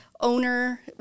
owner